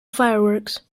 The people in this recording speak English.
fireworks